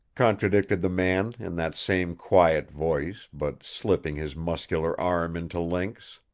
contradicted the man in that same quiet voice, but slipping his muscular arm into link's.